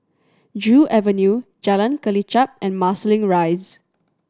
Joo Avenue Jalan Kelichap and Marsiling Rise